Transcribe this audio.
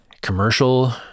Commercial